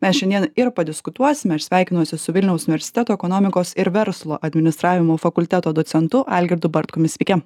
mes šiandien ir padiskutuosime aš sveikinuosi su vilniaus universiteto ekonomikos ir verslo administravimo fakulteto docentu algirdu bartkumi sveiki